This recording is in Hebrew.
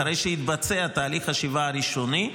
אחרי שיתבצע תהליך חשיבה ראשוני,